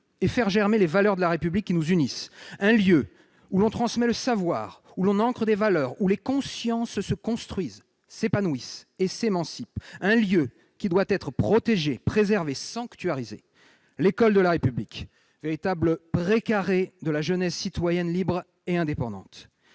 et faire germer les valeurs de la République, qui nous unissent ; un lieu où l'on transmet le savoir, où l'on ancre des valeurs, où les consciences se construisent, s'épanouissent et s'émancipent ; un lieu qui doit être protégé, préservé, sanctuarisé : c'est l'école de la République, véritable pré carré de la genèse citoyenne, libre et indépendante.